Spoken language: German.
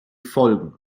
folgen